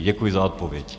Děkuji za odpověď.